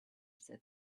said